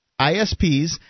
ISPs